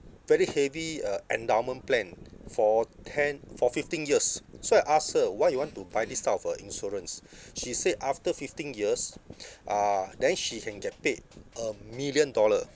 very heavy uh endowment plan for ten for fifteen years so I asked her why you want to buy this type of a insurance she said after fifteen years uh then she can get paid a million dollar